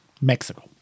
Mexico